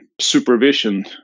supervision